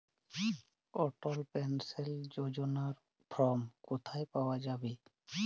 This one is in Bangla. অটল পেনশন যোজনার ফর্ম কোথায় পাওয়া যাবে?